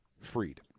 freed